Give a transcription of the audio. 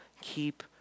keep